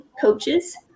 coaches